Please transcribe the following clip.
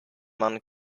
man